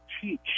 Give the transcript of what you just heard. teach